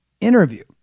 interview